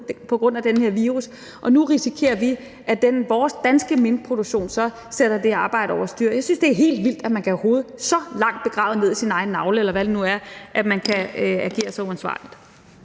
på grund af den her virus, og nu risikerer vi, at vores danske minkproduktion så sætter det arbejde over styr. Jeg synes, det er helt vildt, at man kan have hovedet så dybt begravet i sin egen navle, eller hvad det nu er, at man kan agere så uansvarligt.